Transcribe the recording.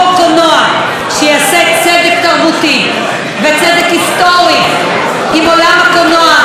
תרבותי וצדק היסטורי עם עולם הקולנוע ועם תעשיית הקולנוע.